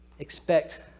expect